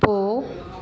போ